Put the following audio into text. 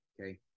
okay